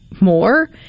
more